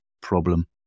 problem